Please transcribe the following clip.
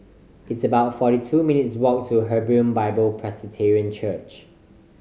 it's about forty two minutes' walk to Hebron Bible Presbyterian Church